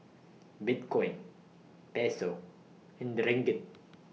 Bitcoin Peso and Ringgit